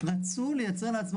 השר הציג את זה